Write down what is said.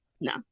no